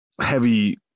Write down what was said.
heavy